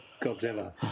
Godzilla